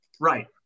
Right